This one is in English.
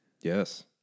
Yes